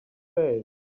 face